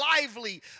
lively